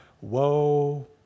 Woe